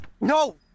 No